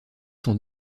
sont